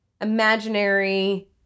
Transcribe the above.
imaginary